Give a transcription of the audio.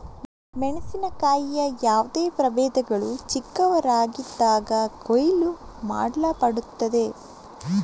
ಮೆಣಸಿನಕಾಯಿಯ ಯಾವುದೇ ಪ್ರಭೇದಗಳು ಚಿಕ್ಕವರಾಗಿದ್ದಾಗ ಕೊಯ್ಲು ಮಾಡಲ್ಪಡುತ್ತವೆ